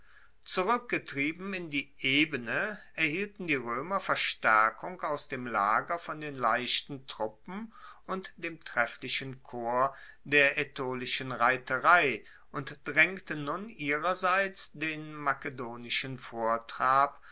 zurueckgetrieben in die ebene erhielten die roemer verstaerkung aus dem lager von den leichten truppen und dem trefflichen korps der aetolischen reiterei und draengten nun ihrerseits den makedonischen vortrab